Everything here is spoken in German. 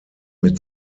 mit